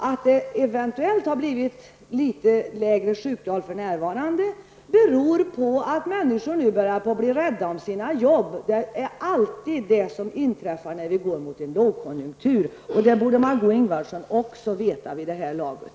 Att sjuktalet eventuellt har blivit litet lägre för närvarande beror på att människor nu börjat bli rädda om sina jobb. Det är alltid vad som inträffar när vi går mot en lågkonjunktur. Det borde Margó Ingvardsson också veta vid det här laget.